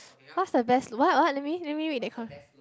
what's the best what what let me let me read that come